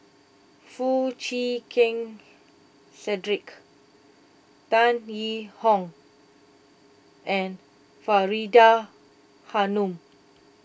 Foo Chee Keng Cedric Tan Yee Hong and Faridah Hanum